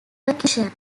percussion